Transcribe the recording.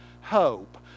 hope